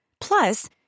Plus